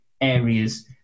areas